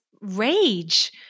rage